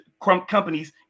companies